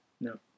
No